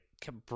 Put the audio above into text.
kept